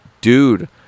dude